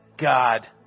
God